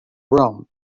room